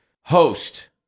host